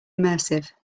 immersive